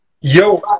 Yo